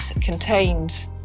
contained